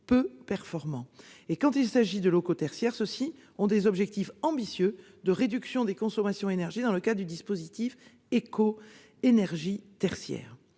peu performants. Quand il s'agit de locaux tertiaires, ces bâtiments ont des objectifs ambitieux de réduction des consommations d'énergie, dans le cadre du dispositif Éco-énergie tertiaire.